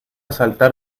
saltar